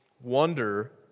Wonder